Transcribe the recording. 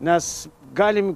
nes galim